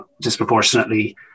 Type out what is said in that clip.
disproportionately